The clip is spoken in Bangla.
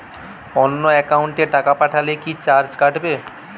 অন্য একাউন্টে টাকা পাঠালে কি চার্জ কাটবে?